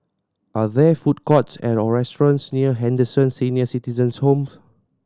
are there food courts or restaurants near Henderson Senior Citizens' Home